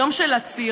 יום של עצירה,